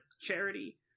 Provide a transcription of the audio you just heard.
charity